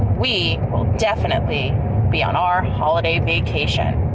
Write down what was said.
we will definitely be on our holiday vacation.